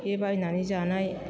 बे बायनानै जानाय